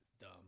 dumb